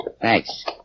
Thanks